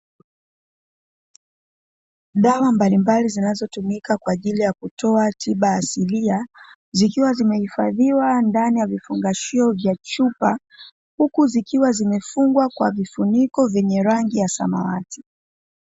Dawa mbalimbali zinazotumika kwa ajili ya kutoa tiba asilia, zikiwa zimehifadhiwa ndani ya vifungashio vya chupa huku zikiwa zimefungwa kwa vifuniko vyenye rangi ya samawati.